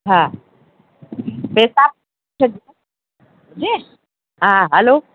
हा पेसा स ये हा हैलो